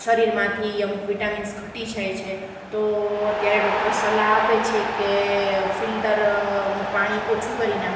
શરીરમાંથી અમુક વિટામિન્સ ઘટી જાય છે તો અત્યારે ડૉક્ટર સલાહ આપે છે કે ફિલ્ટરનું પાણી ઓછું કરી નાખો